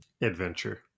Adventure